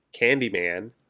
Candyman